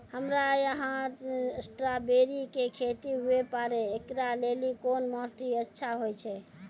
हमरा यहाँ स्ट्राबेरी के खेती हुए पारे, इकरा लेली कोन माटी अच्छा होय छै?